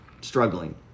struggling